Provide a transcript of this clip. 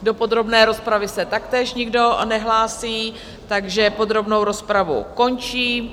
Do podrobné rozpravy se taktéž nikdo nehlásí, takže podrobnou rozpravu končím.